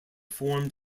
formed